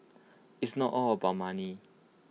it's not all about money